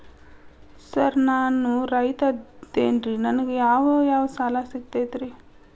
Sir ನಾನು ರೈತ ಅದೆನ್ರಿ ನನಗ ಯಾವ್ ಯಾವ್ ಸಾಲಾ ಸಿಗ್ತೈತ್ರಿ?